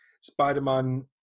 Spider-Man